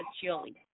chili